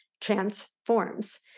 transforms